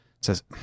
says